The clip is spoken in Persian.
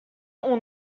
اون